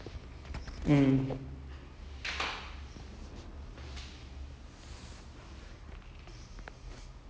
and then um I don't know whether he's married to his wife but he'll have